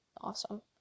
awesome